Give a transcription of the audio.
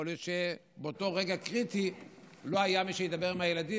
יכול להיות שבאותו רגע קריטי לא היה מי שידבר עם הילדים.